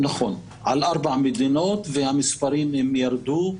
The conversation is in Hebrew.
נכון, והמספרים ירדו.